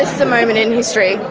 is a moment in history,